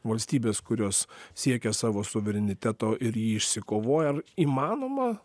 valstybės kurios siekia savo suvereniteto ir jį išsikovoja ar įmanoma